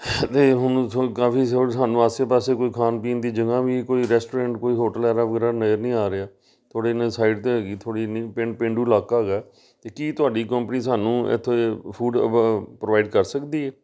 ਅਤੇ ਹੁਣ ਤੁਹਾਨੂੰ ਕਾਫੀ ਸਾਨੂੰ ਆਸੇ ਪਾਸੇ ਕੋਈ ਖਾਣ ਪੀਣ ਦੀ ਜਗ੍ਹਾ ਵੀ ਕੋਈ ਰੈਸਟੋਰੈਂਟ ਕੋਈ ਹੋਟਲ ਐਰਾ ਵਗੈਰਾ ਨਜ਼ਰ ਨਹੀਂ ਆ ਰਿਹਾ ਥੋੜ੍ਹੇ ਨੇ ਸਾਈਡ 'ਤੇ ਹੈਗੀ ਥੋੜ੍ਹੀ ਇੰਨੀ ਪਿੰਡ ਪੇਂਡੂ ਇਲਾਕਾ ਹੈਗਾ ਤਾਂ ਕੀ ਤੁਹਾਡੀ ਕੰਪਨੀ ਸਾਨੂੰ ਇੱਥੇ ਫੂਡ ਵ ਪ੍ਰੋਵਾਈਡ ਕਰ ਸਕਦੀ ਹੈ